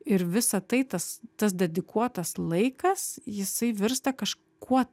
ir visa tai tas tas dedikuotas laikas jisai virsta kažkuo